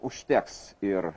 užteks ir